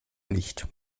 nicht